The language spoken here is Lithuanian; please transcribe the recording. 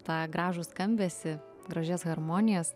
tą gražų skambesį gražias harmonijas